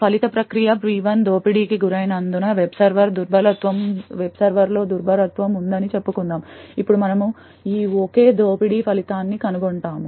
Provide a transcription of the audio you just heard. ఫలిత ప్రక్రియ P1 దోపిడీకి గురైనందున వెబ్ సర్వర్లో దుర్బలత్వం ఉందని చెప్పుకుందాం ఇప్పుడు మనము ఈ ఒకే దోపిడీ ఫలితాన్ని కనుగొంటాము